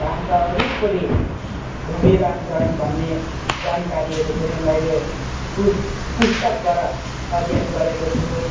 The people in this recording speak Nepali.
घामका वरिपरि घुमिरहन्छन् भन्ने जानकारीहरू पनि मैले प्रु पुस्तकबाट अध्ययन गरेको छु